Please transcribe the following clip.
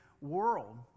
world